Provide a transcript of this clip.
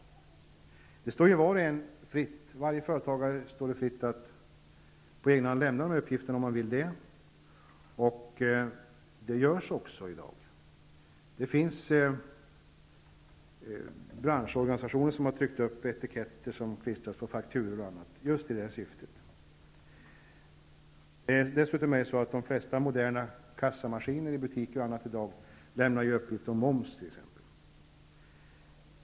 Det står ju varje företagare fritt att på egen hand lämna de här uppgifterna, och det görs också. Branschorganisationer har tryckt upp etiketter som klistras på fakturor och annat just i detta syfte. I dag lämar dessutom de flesta moderna kassamaskiner i butikerna uppgift om t.ex. momsen.